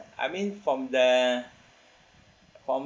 I mean from the for